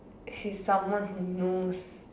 she's someone who knows